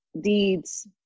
deeds